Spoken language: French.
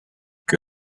que